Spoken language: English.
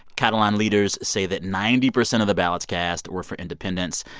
catalan leaders say that ninety percent of the ballots cast were for independence.